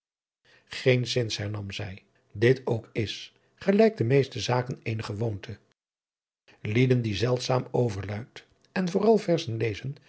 geenzins hernam zij dit ook is gelijk de meeste zaken eene gewoonte lieden die zeldzaam overluid en vooral verzen lezen